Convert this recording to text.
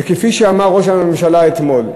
וכפי שאמר ראש הממשלה אתמול,